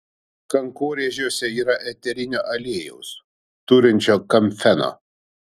kankorėžiuose yra eterinio aliejaus turinčio kamfeno